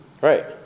Right